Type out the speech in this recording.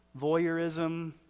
voyeurism